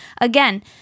Again